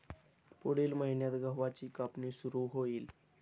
पुढील महिन्यात गव्हाची कापणी सुरू होईल